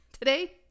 Today